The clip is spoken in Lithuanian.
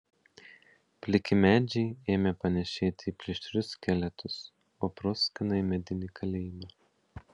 pliki medžiai ėmė panėšėti į plėšrius skeletus o proskyna į medinį kalėjimą